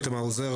אלא על מתן